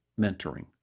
mentoring